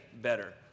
better